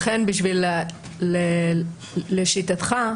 לכן, לשיטתך,